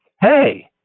hey